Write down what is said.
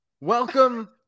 Welcome